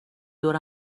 دور